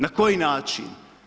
Na koji način?